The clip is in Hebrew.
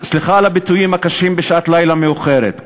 סליחה על הביטויים הקשים בשעת לילה מאוחרת.